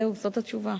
זהו, זאת התשובה.